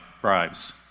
bribes